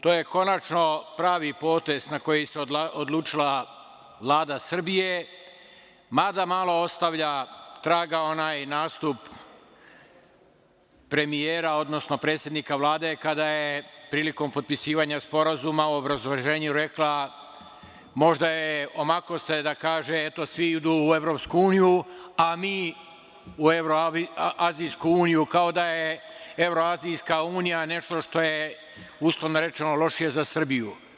To je konačno pravi potez na koji se odlučila Vlada Srbije, mada malo ostavlja traga onaj nastup premijera, odnosno predsednika Vlade kada je prilikom potpisivanja sporazuma u obrazloženju rekla, možda se omaklo da kaže - eto svi idu EU, a mi u Evroazijsku uniju, kao da je Evroazijska unija nešto što je, uslovno rečeno, lošije za Srbiju.